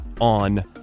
on